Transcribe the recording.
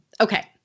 Okay